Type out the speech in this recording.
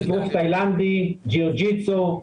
אגרוף תאילנדי, ג'ירג'יצו,